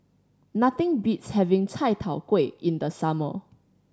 nothing beats having chai tow kway in the summer